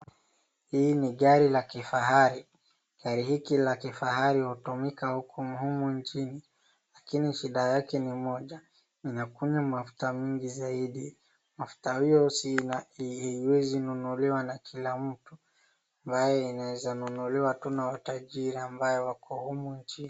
Hii ni gari la kifahari gari hiki la kifahari hutumika huku nchini lakini shida yake ni moja inakunywa mafuta mingi zaidi mafuta hiyo iwezi nunuliwa na kila mtu hayo inaweza nunuliwa na matajiri wako humu nchini.